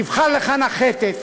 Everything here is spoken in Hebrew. תבחר לך נחתת.